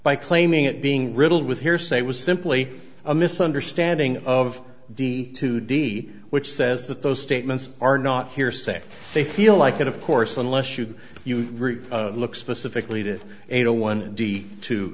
by claiming it being riddled with hearsay was simply a misunderstanding of the two d which says that those statements are not hearsay they feel like it of course unless you you look specifically to